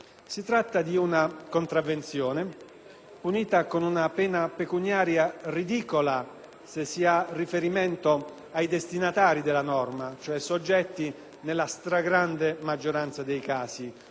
se si ha riferimento ai destinatari della norma, cioè soggetti nella stragrande maggioranza dei casi nullatenenti. Si tratta di una norma, gioiello di dottrina penalistica, non oblabile.